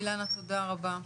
אילנה, תודה רבה.